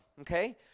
okay